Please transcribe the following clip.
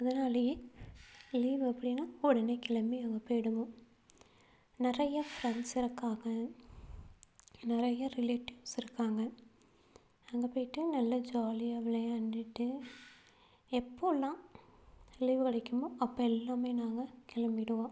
அதுனாலேயே leave அப்படின்னா உடனே கிளம்பி அங்கே போயிடுவோம் நிறையா ஃப்ரெண்ட்ஸ் இருக்காங்க நிறையா ரிலேட்டிவ்ஸ் இருக்காங்க அங்கே போயிட்டு நல்லா ஜாலியாக விளையாண்டுட்டு எப்போலாம் லீவு கிடைக்குமோ அப்போ எல்லாம் நாங்கள் கிளம்பிடுவோம்